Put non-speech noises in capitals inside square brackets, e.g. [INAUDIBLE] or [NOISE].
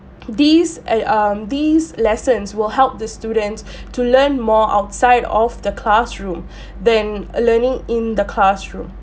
these um e~ um these lessons will help the students [BREATH] to learn more outside of the classroom [BREATH] then learning in the classroom